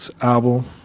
album